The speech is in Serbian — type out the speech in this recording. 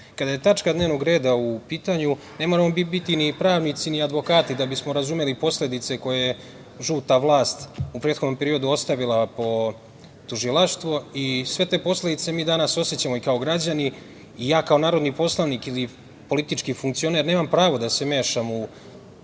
je tačka dnevnog reda u pitanju, ne moramo mi biti ni pravnici, ni advokati da bismo razumeli posledice koje žuta vlast u prethodnom periodu ostavila po tužilaštvo. Sve te posledice mi danas osećamo i kao građani i ja kao narodni poslanik ili politički funkcioner nemam pravo da se mešam u